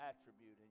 attribute